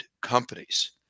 companies